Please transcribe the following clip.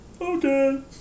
Okay